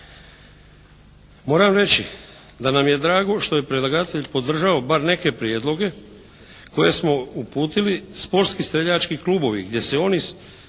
Moram reći da nam je drago što je predlagatelj podržao bar neke prijedloge koje smo uputili sportski streljači klubovi gdje se oni